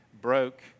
broke